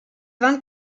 vingt